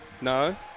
no